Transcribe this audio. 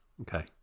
okay